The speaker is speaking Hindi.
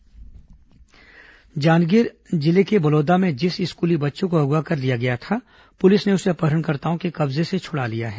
जांजगीर अपहरण जांजगीर जिले के बलौदा में जिस स्कूली बच्चे को अगवा कर लिया गया था पुलिस ने उसे अपहरणकर्ताओं के कब्जे से छुड़ा लिया है